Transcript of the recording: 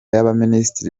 y‟abaminisitiri